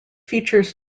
features